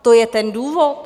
To je ten důvod?